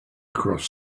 cross